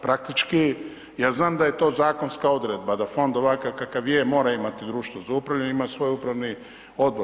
Praktički, ja znam da je to zakonska odredba da fond ovakav kakav je mora imati društvo za upravljanje, ima svoj upravni odbor.